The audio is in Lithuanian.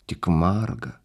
tik marga